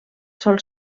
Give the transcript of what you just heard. sol